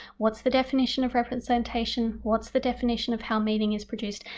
what's the definition of representation? what's the definition of how meaning is produced?